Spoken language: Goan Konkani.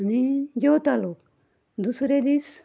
आनी जेवता लोक दुसरे दीस